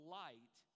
light